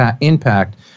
impact